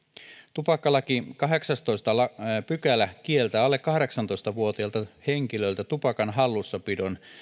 tupakkalain sadaskahdeksastoista pykälä kieltää alle kahdeksantoista vuotiaalta henkilöltä tupakan hallussapidon